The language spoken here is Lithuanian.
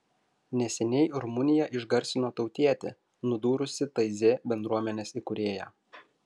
neseniai rumuniją išgarsino tautietė nudūrusi taizė bendruomenės įkūrėją